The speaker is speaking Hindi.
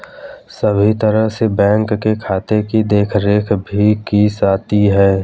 सभी तरह से बैंक के खाते की देखरेख भी की जाती है